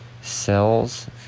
cells